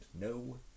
No